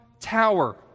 tower